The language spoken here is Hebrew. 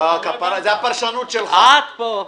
עד פה.